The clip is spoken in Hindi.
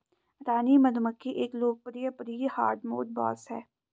रानी मधुमक्खी एक लोकप्रिय प्री हार्डमोड बॉस है